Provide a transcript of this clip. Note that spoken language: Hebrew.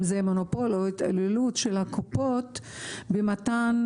אם זה מונופול או התעללות של הקופות במתן